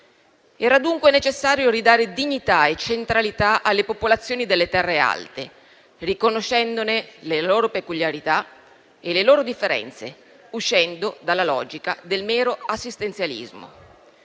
Era dunque necessario ridare dignità e centralità alle popolazioni delle terre alte, riconoscendo le loro peculiarità e le loro differenze, uscendo dalla logica del mero assistenzialismo.